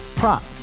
Prop